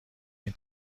این